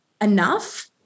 enough